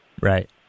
right